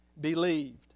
believed